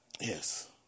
Yes